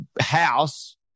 house